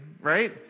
Right